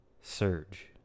surge